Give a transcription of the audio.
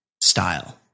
style